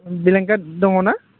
बिलेंगेद दङना